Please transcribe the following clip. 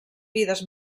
vides